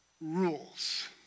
rules